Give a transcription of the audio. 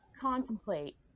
contemplate